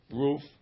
roof